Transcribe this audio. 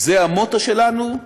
זה המוטו שלנו.